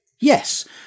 yes